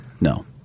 No